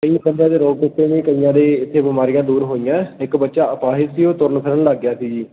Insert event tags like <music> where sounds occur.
ਕਈ <unintelligible> ਕਈਆਂ ਦੇ ਇੱਥੇ ਬਿਮਾਰੀਆਂ ਦੂਰ ਹੋਈਆਂ ਇੱਕ ਬੱਚਾ ਅਪਹਾਇਜ ਸੀ ਉਹ ਤੁਰਨ ਫਿਰਨ ਲੱਗ ਗਿਆ ਸੀ ਜੀ